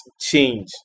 change